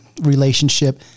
relationship